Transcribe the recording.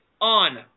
on